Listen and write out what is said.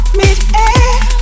mid-air